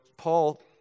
Paul